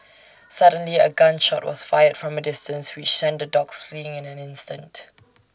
suddenly A gun shot was fired from A distance which sent the dogs fleeing in an instant